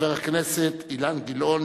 חבר הכנסת אילן גילאון,